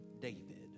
David